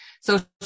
social